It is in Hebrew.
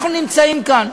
אנחנו נמצאים כאן,